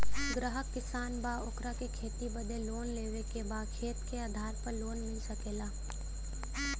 ग्राहक किसान बा ओकरा के खेती बदे लोन लेवे के बा खेत के आधार पर लोन मिल सके ला?